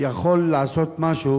יכול לעשות משהו